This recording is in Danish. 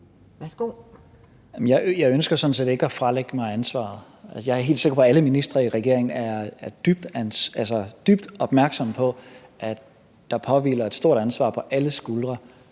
Jeg er helt sikker på, at alle ministre i regeringen er dybt opmærksomme på, at der hviler et stort ansvar på alles skuldre,